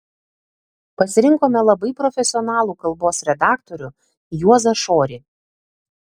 pasirinkome labai profesionalų kalbos redaktorių juozą šorį